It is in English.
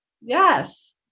Yes